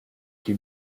qui